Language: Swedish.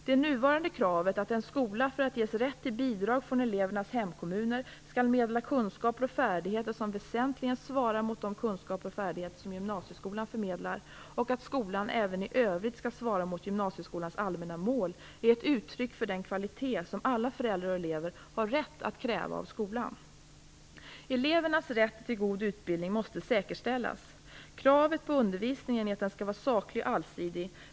Det nuvarande kravet, att en skola för att ges rätt till bidrag från elevernas hemkommuner skall meddela kunskaper och färdigheter som väsentligen svarar mot de kunskaper och färdigheter som gymnasieskolan förmedlar och att skolan även i övrigt skall svara mot gymnasieskolans allmänna mål, är ett uttryck för den kvalitet som alla föräldrar och elever har rätt att kräva av skolan. Elevernas rätt till god utbildning måste säkerställas. Kravet på undervisningen är att den skall vara saklig och allsidig.